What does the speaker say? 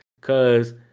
Cause